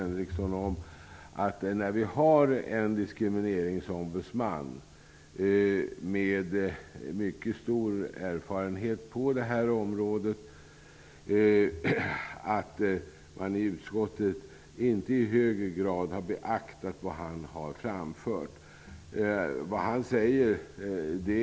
När vi har en diskrimineringsombudsman med mycket stor erfarenhet på det här området är det märkligt att utskottet inte i högre grad har beaktat vad han har framfört. Jag får väl fråga Birgit Henriksson om det.